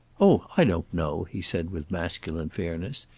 oh, i don't know, he said, with masculine fairness.